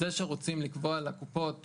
זה שרוצים לקבוע לקופות